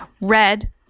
Red